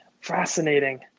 fascinating